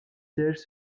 sièges